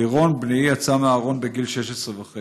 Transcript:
לירון בני יצא מהארון בגיל 16.5,